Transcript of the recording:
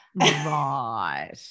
Right